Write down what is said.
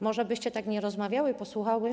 Może byście tak nie rozmawiały i posłuchały.